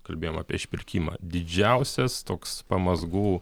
kalbėjom apie išpirkimą didžiausias toks pamazgų